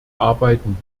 arbeiten